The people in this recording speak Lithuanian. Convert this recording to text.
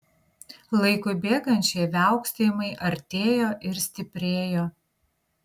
laikui bėgant šie viauksėjimai artėjo ir stiprėjo